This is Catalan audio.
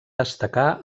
destacar